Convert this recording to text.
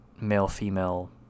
male-female